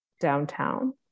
downtown